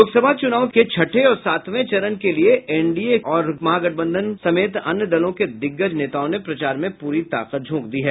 लोकसभा चूनाव के छठे और सातवें चरण के लिये एनडीए महागठबंधन और अन्य दलों के दिग्गज नेताओं ने प्रचार में पूरी ताकत झोंक दी है